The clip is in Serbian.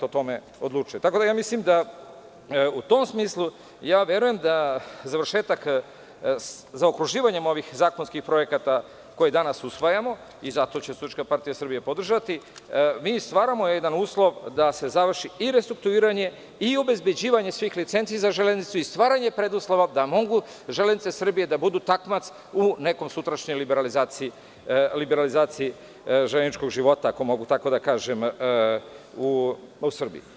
Mislim da u tom smislu, ja verujem da završetak zaokruživanjem ovih zakonskih projekata koje danas usvajamo i zato će SPS podržati, mi stvaramo jedan uslov da se završi i restrukturiranje i obezbeđivanje svih licenci za železnicu i stvaranje preduslova da mogu Železnice Srbije da budu takmac u nekoj sutrašnjoj liberalizaciji železničkog života, ako mogu tako da kažem u Srbiji.